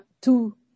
two